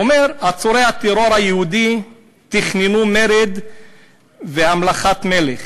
אומר שעצורי הטרור היהודי תכננו מרד והמלכת מלך.